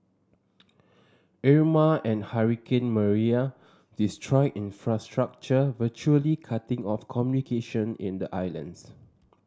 Irma and hurricane Maria destroyed infrastructure virtually cutting off communication in the islands